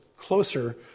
closer